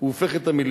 הוא הופך את המלים,